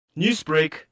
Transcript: Newsbreak